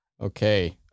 Okay